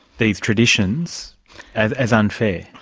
these traditions as as unfair?